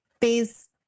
phase